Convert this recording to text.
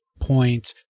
Point